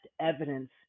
evidence